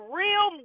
real